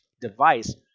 device